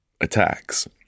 attacks